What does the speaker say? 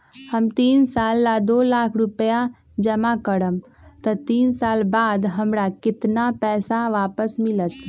हम तीन साल ला दो लाख रूपैया जमा करम त तीन साल बाद हमरा केतना पैसा वापस मिलत?